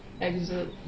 exit